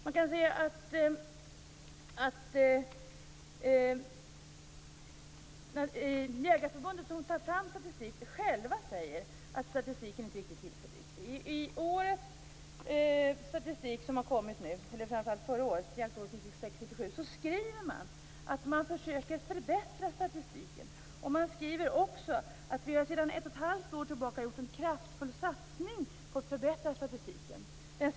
Från Jägareförbundet, som tar fram statistik, säger man att statistiken inte är riktigt tillförlitlig. I statistiken för jaktåret 1996/97, som nu har presenterats, skriver man att man försöker att förbättra statistiken. Man skriver också: Vi har sedan ett och ett halvt år tillbaka gjort en kraftfull satsning för att förbättra statistiken.